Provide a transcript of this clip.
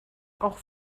auch